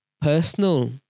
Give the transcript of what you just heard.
personal